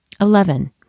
Eleven